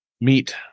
meet